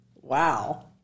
Wow